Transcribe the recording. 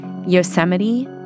Yosemite